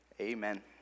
Amen